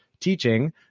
teaching